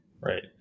Right